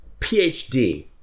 PhD